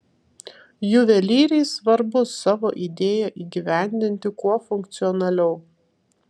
juvelyrei svarbu savo idėją įgyvendinti kuo funkcionaliau